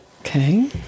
Okay